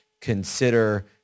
consider